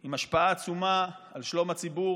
עם השפעה על שלום הציבור,